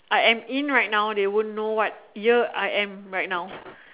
I am in right now they won't know what year I am right now